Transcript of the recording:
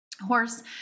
horse